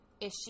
issue